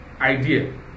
idea